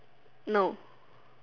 no